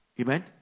amen